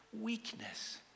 weakness